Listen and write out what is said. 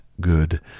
good